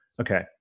Okay